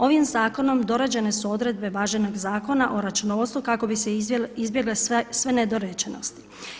Ovim zakonom dorađene su odredbe važećeg Zakona o računovodstvu kako bi se izbjegle sve nedorečenosti.